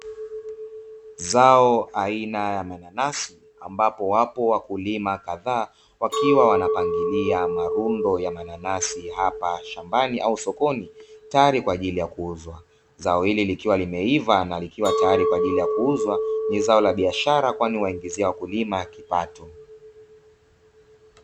Zao aina na nanasi, ambapo wapo wakulima kadhaa wakiwa wanapangilia lundo la mananasi, hapa shambani au sokoni, tayari kwa ajili ya kuuzwa. Zao hili likiwa limeiva likiwa tayari kuja kuuzwa; ni bidhaa ya biashara kwani inawaingizia wakulima kipato.